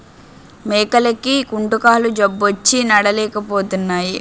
మేకలకి కుంటుకాలు జబ్బొచ్చి నడలేపోతున్నాయి